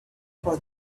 for